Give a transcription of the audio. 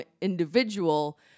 individual